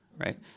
Right